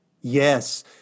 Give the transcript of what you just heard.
Yes